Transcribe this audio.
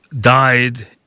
died